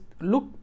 look